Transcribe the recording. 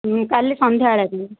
ହୁଁ କାଲି ସନ୍ଧ୍ୟାବେଳେ ଯିବି